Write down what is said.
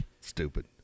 Stupid